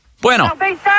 Bueno